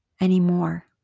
anymore